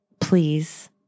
please